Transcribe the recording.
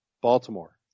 Baltimore